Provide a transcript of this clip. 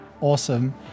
awesome